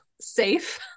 safe